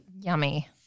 yummy